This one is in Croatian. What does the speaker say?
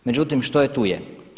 Međutim što je tu je.